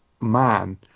man